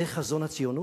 זה חזון הציונות?